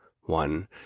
one